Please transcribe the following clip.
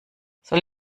soll